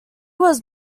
was